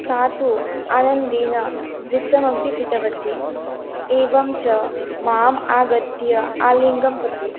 सा तु आनन्देन वृत्तमपि कृतवती एवं च माम् आगत्य आलिङ्गनं दत्ति